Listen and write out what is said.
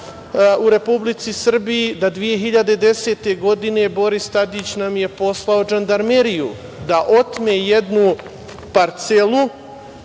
u Republici Srbiji, da 2010. godine je Boris Radić poslao Žandarmeriju da otme jednu parcelu